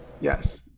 Yes